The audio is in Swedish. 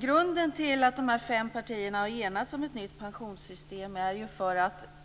Grunden till att de fem partierna har enats om ett nytt pensionssystem är att vi ville